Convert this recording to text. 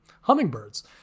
hummingbirds